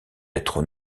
être